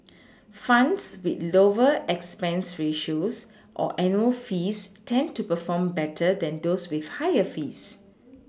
funds with lower expense ratios or annual fees tend to perform better than those with higher fees